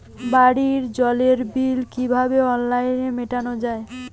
বাড়ির জলের বিল কিভাবে অনলাইনে মেটানো যায়?